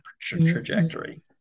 trajectory